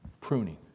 Pruning